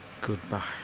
Goodbye